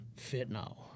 fentanyl